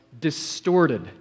distorted